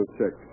check